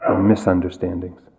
misunderstandings